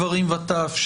גברים וטף,